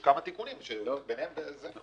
יש כמה תיקונים שביניהם זה.